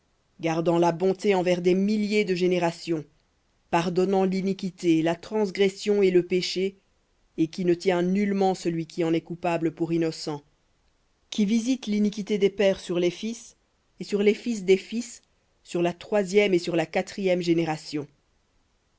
gardant la bonté envers des milliers pardonnant l'iniquité la transgression et le péché et qui ne tient nullement celui qui en est coupable pour innocent qui visite l'iniquité des pères sur les fils et sur les fils des fils sur la troisième et sur la quatrième